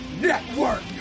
network